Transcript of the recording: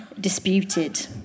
disputed